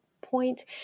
point